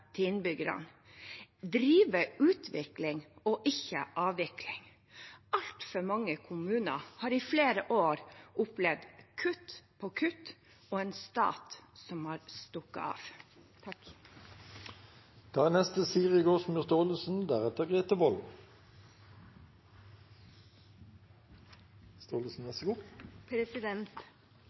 til innbyggerne, drive utvikling og ikke avvikling. Altfor mange kommuner har i flere år opplevd kutt på kutt og en stat som har stukket av. Vi er alle godt kjent med at boligmarkedet ikke er